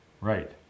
Right